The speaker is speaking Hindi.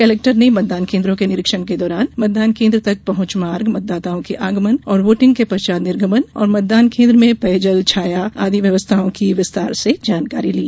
कलेक्टर ने मतदान केन्द्रों के निरीक्षण के दौरान मतदान केन्द्र तक पहुंच मार्ग मतदाताओं के आगमन और वोटिंग के पश्चात निर्गमन और मतदान केन्द्र में पेयजल छाया आदि व्यवस्थाओं की विस्तार से जानकारी ली